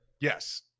yes